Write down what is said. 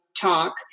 talk